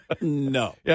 No